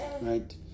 Right